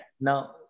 now